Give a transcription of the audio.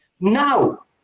Now